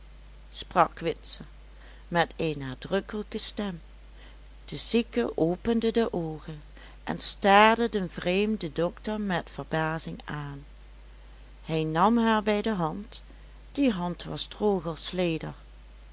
sprak witse met een nadrukkelijke stem de zieke opende de oogen en staarde den vreemden dokter met verbazing aan hij nam haar bij de hand die hand was droog als leder